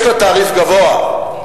יש לה תעריף גבוה,